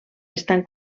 estan